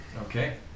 Okay